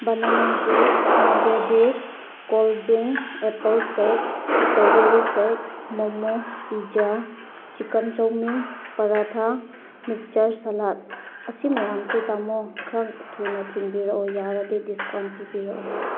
banana juice mango juice cold drink apple shake strawberry shake momo pizza chicken chowmein paratha mixture salad ꯑꯁꯤ ꯃꯌꯥꯝꯁꯦ ꯇꯥꯃꯣ ꯈꯔ ꯊꯨꯅ ꯊꯤꯟꯕꯤꯔꯛꯑꯣ ꯌꯥꯔꯗꯤ ꯗꯤꯁꯀꯥꯎꯟ ꯄꯤꯕꯤꯔꯛꯑꯣ